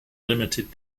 limited